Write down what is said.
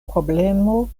problemo